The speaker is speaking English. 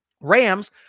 Rams